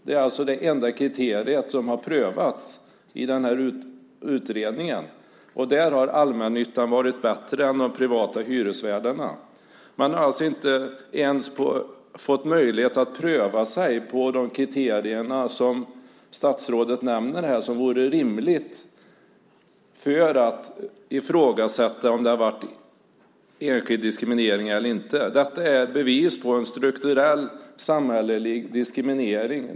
Det är alltså det enda kriteriet som har prövats i den utredningen. Där har allmännyttan varit bättre än de privata hyresvärdarna. Man har inte ens fått möjlighet att prövas på de kriterier som statsrådet nämner här som vore rimligt för att det ska komma i fråga om det varit enskild diskriminering eller inte. Detta är ett bevis på en strukturell samhällelig diskriminering.